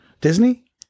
Disney